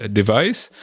device